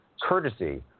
courtesy